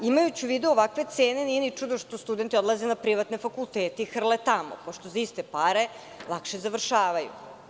Imajući u vidu ovakve cene nije ni čudo što studenti odlaze na privatne fakultete i hrle tamo, pošto za iste pare lakše završavaju.